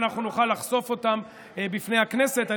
ואנחנו נוכל לחשוף אותם בפני הכנסת.